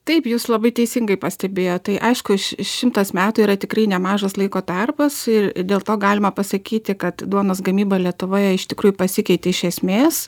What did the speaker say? taip jūs labai teisingai pastebėjot tai aišku šimtas metų yra tikrai nemažas laiko tarpas ir dėl to galima pasakyti kad duonos gamyba lietuvoje iš tikrųjų pasikeitė iš esmės